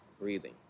breathing